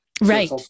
Right